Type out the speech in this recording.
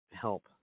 help